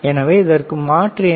எனவே இதற்கு மாற்று என்ன